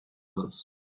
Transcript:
goes